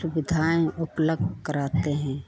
सुविधाएँ उपलब्ध कराते हैं